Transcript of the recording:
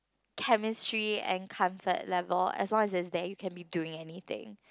chemistry and comfort level as long as it's there you can be doing anything